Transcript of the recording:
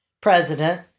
president